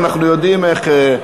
אנחנו יודעים איך,